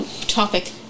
topic